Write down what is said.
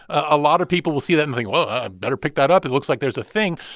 a lot of people will see that and think, well, i better pick that up. it looks like there's a thing.